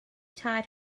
tied